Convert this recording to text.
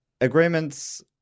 Agreements